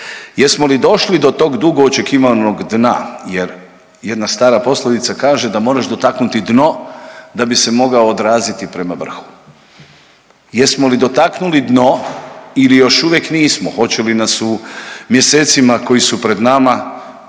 Jesmo li došli do tog dugo očekivanog dna jer jedna stara poslovica kaže da moraš dotaknuti dno da bi se mogao odraziti prema vrhu. Jesmo li dotaknuli dno ili još uvijek nismo? Hoće li nas u mjesecima koji su pred nama iznenaditi